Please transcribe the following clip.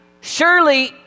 surely